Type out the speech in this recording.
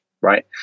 right